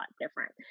different